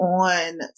on